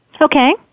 Okay